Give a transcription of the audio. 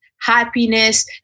happiness